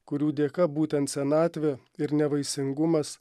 kurių dėka būtent senatvė ir nevaisingumas